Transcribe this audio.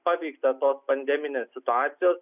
pavyksta tos pandeminės situacijos